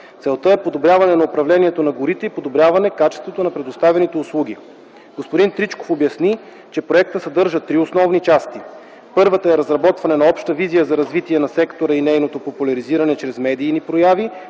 Целта е подобряване на управлението на горите и подобряване качеството на предоставяните услуги. Господин Тричков обясни, че проектът съдържа три основни части. Първата е разработване на обща визия за развитие на сектора и нейното популяризиране чрез медийни прояви,